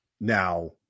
Now